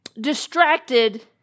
distracted